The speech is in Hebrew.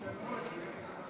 התשע"ג 2013,